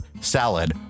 salad